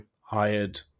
hired